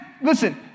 listen